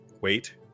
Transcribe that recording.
wait